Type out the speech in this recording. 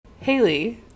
Haley